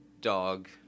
dog